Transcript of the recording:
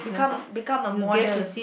become become a model